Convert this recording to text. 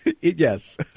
Yes